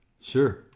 Sure